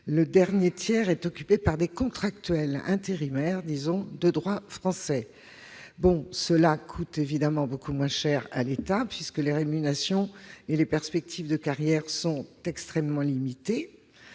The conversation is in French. le dernier tiers est constitué de contractuels intérimaires de droit français. Cette répartition revient évidemment beaucoup moins cher à l'État, puisque les rémunérations et les perspectives de carrière sont extrêmement limitées.